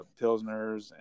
pilsners